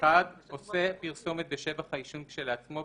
"(1)עושה פרסומת בשבח העישון כשלעצמו,